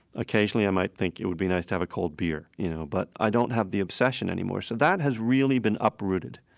occasionally, i might think it would be nice to have a cold beer, you know, but i don't have the obsession anymore. so that has really been uprooted,